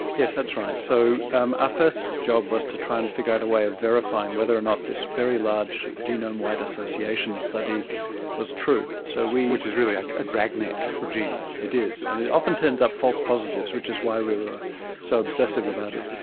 yes, that's right, so um our first job was to try and figure out a way of verifying whether or not this very large genome-wide association study was true. so which is really a dragnet for genes. it is, and it often turns up false positives, which is why we were so obsessive about it.